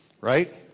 Right